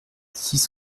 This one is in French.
six